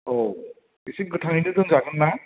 औ एसे गोथाङैनो दोनजागोनना